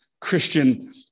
Christian